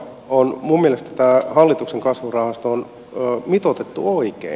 minun mielestäni tämä hallituksen kasvurahasto on mitoitettu oikein